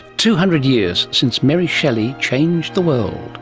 two hundred years since mary shelley changed the world.